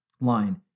line